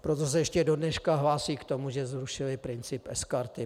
Proto se ještě do dneška hlásí k tomu, že zrušili princip sKarty.